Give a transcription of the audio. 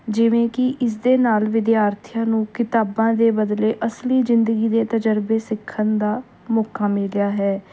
ਜਿਵੇਂ ਕਿ ਇਸ ਦੇ ਨਾਲ ਵਿਦਿਆਰਥੀਆਂ ਨੂੰ ਕਿਤਾਬਾਂ ਦੇ ਬਦਲੇ ਅਸਲੀ ਜ਼ਿੰਦਗੀ ਦੇ ਤਜਰਬੇ ਸਿੱਖਣ ਦਾ ਮੌਕਾ ਮਿਲਿਆ ਹੈ